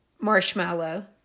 marshmallow